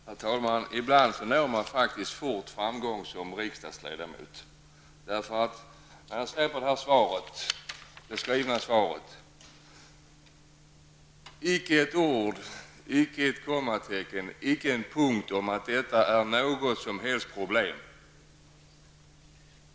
Herr talman! Ibland når man fort framgång som riksdagsledamot. I det skrivna svaret finns nämligen inte ett ord om att detta är något som helst problem.